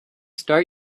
start